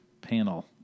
Panel